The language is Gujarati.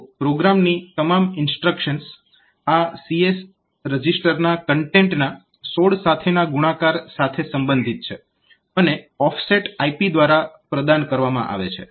તો પ્રોગ્રામની તમામ ઇન્સ્ટ્રક્શન્સ આ CS રજીસ્ટરના કન્ટેન્ટના 16 સાથેના ગુણાકાર સાથે સંબંધિત છે અને ઓફસેટ IP દ્વારા પ્રદાન કરવામાં આવે છે